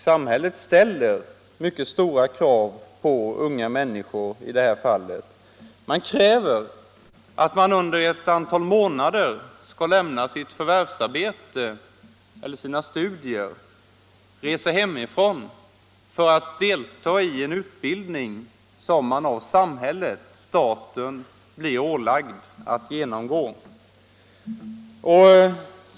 Samhället ställer = mycket stora krav på dessa unga människor. Man kräver att de under = Nytt förmånssystem ett antal månader skall lämna sitt förvärvsarbete eller sina studier och — för värnpliktiga resa hemifrån för att delta i en utbildning som de av samhället, staten, — m.fl. blir ålagda att genomgå.